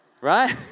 right